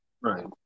right